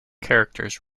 characters